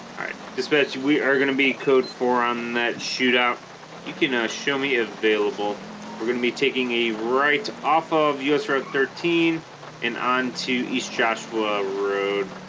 right dispatch we are going to be code four on that shootout you can ah show me available we're going to be taking a right off of us route thirteen and on to east joshua road